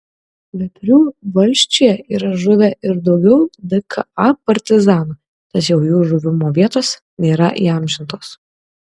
veprių valsčiuje yra žuvę ir daugiau dka partizanų tačiau jų žuvimo vietos nėra įamžintos